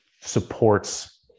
supports